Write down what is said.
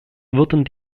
wurden